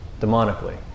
demonically